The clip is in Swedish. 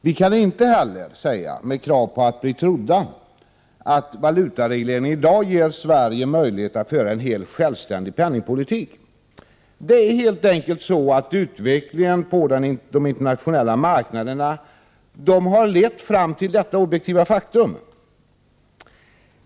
Vi kan inte heller säga, med krav på att bli trodda, att valutaregleringen i dag ger Sverige möjlighet att föra en helt självständig penningpolitik. Det är helt enkelt så att utvecklingen på den internationella marknaden lett fram till detta objektiva faktum.